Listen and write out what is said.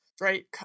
right